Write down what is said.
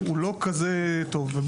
הוא לא כזה טוב.